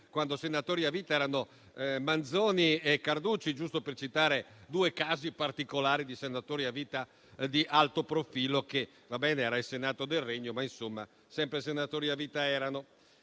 quando senatori a vita erano Manzoni e Carducci, giusto per citare due esempi particolari di senatori a vita di alto profilo. Sì, va bene, era il Senato del Regno, ma sempre senatori a vita erano.